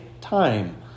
time